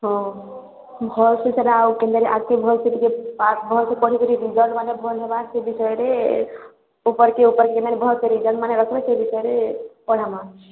ହଁ ଭଲ୍ସେ ସେଟା ଆଉ କେନ୍ତି ହେଲେ ଆର ଟିକେ ଭଲ ସେ ଟିକେ ପାଠ ଭଲ୍ସେ ଟିକେ ପଢ଼ି କରି ବିଜ୍ଞାନମାନେ ଭଲ ହେବା ସେଇ ବିଷୟରେ ଟିକେ ଉପର କି ଉପର କି ମାନେ ଭଲ ସେ ରେଜଲ୍ଟ ମାନେ ରଖିବେ ସେଇ ବିଷୟରେ ପଢ଼ାମା